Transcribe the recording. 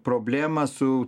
problemą su